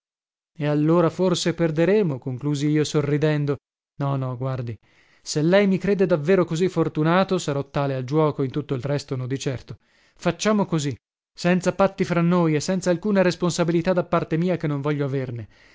e allora forse perderemo conclusi io sorridendo no no guardi se lei mi crede davvero così fortunato sarò tale al giuoco in tutto il resto no di certo facciamo così senza patti fra noi e senza alcuna responsabilità da parte mia che non voglio averne